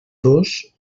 dos